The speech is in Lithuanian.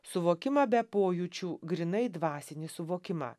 suvokimą be pojūčių grynai dvasinį suvokimą